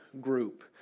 group